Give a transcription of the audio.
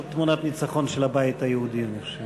זאת תמונת ניצחון של הבית היהודי.